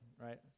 right